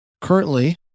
currently